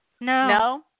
No